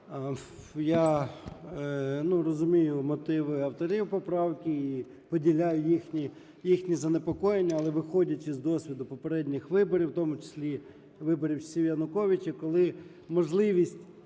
розумію мотиви авторів поправки і поділяю їхні занепокоєння, але, виходячи з досвіду попередніх виборів, у тому числі виборів всі Януковича, коли можливість,